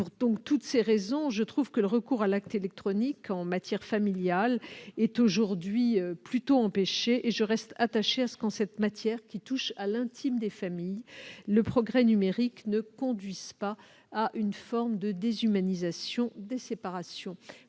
Pour toutes ces raisons, le recours à l'acte électronique en matière familiale me paraît peu souhaitable. Je reste attachée à ce que, en cette matière qui touche à l'intime des familles, le progrès numérique ne conduise pas à une forme de déshumanisation des séparations.